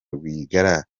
rwigara